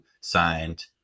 signed